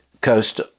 coast